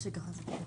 אנחנו.